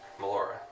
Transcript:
Melora